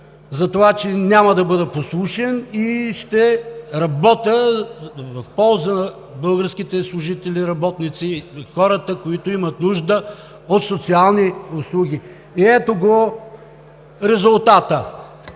за това, че няма да бъда послушен и ще работя в полза на българските служители, работници, хората, които имат нужда от социални услуги. И ето го резултата!